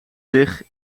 zich